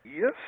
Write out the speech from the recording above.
Yes